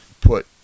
put